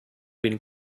been